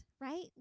right